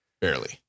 barely